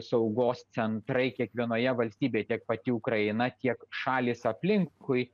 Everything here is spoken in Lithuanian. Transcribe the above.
saugos centrai kiekvienoje valstybėje tiek pati ukraina tiek šalys aplinkui